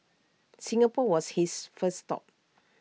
Singapore was his first stop